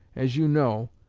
as you know,